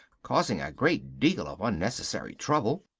causing a great deal of unnecessary trouble.